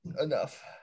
enough